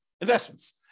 investments